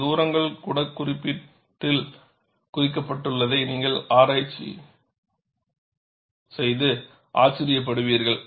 இந்த தூரங்கள் கூட குறியீட்டில் குறிப்பிடப்பட்டுள்ளதை நீங்கள் ஆச்சரியப்படுவீர்கள்